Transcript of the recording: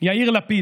יאיר לפיד.